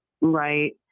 Right